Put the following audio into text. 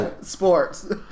sports